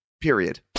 period